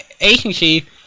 agency